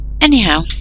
Anyhow